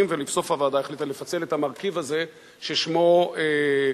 ולבסוף הוועדה החליטה לפצל את המרכיב הזה ששמו שידורי